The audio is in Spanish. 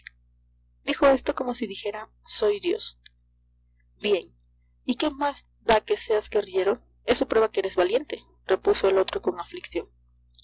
dijo esto como si dijera soy dios bien y qué más da que seas guerrillero eso prueba que eres valiente repuso el otro con aflicción